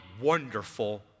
wonderful